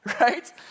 right